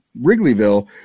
Wrigleyville